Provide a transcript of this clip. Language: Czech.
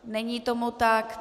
Není tomu tak.